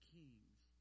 kings